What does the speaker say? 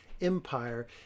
Empire